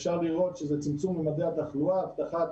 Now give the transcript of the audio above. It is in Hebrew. אפשר לראות שזה צמצום ממדי התחלואה, הבטחת